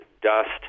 dust